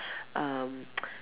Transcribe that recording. um